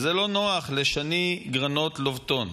וזה לא נוח לשני גרנות לובטון,